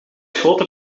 grote